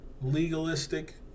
legalistic